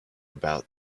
about